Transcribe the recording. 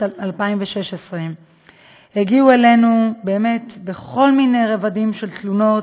2016. הגיעו אלינו באמת כל מיני רבדים של תלונות,